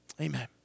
Amen